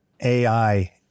AI